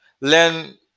learn